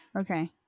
Okay